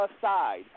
side